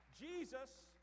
Jesus